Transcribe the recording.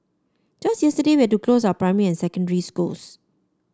just yesterday where to close our primary and secondary schools